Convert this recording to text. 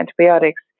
antibiotics